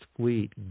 fleet